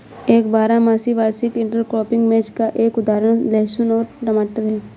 एक बारहमासी वार्षिक इंटरक्रॉपिंग मैच का एक उदाहरण लहसुन और टमाटर है